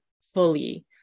fully